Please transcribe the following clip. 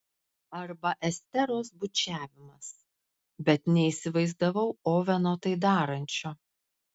arba esteros bučiavimas bet neįsivaizdavau oveno tai darančio